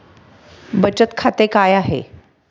बचत खाते काय आहे?